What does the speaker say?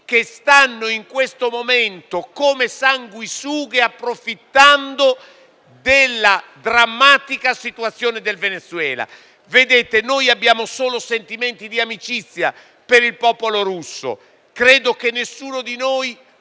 che in questo momento, come sanguisughe, stanno approfittando della drammatica situazione del Venezuela. Abbiamo solo sentimenti di amicizia per il popolo russo e credo che nessuno di noi